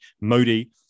Modi